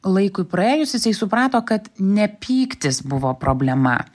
laikui praėjus jisai suprato kad ne pyktis buvo problema